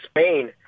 Spain